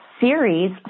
series